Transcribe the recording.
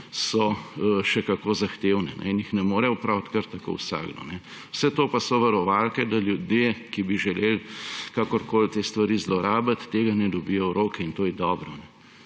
so še kako zahtevne in jih ne more opraviti kar tako vsakdo. Vse to pa so varovalke, da ljudje, ki bi želeli te stvari zlorabiti, tega ne dobijo v roke. In to je dobro.